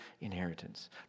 inheritance